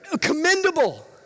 commendable